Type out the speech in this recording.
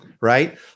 right